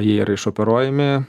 jie yra išoperuojami